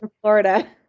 Florida